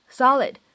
solid